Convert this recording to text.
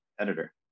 editor